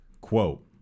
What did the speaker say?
Quote